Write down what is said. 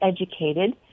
educated